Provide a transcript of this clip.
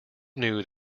knew